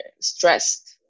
stressed